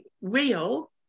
real